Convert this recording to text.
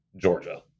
Georgia